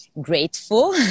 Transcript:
grateful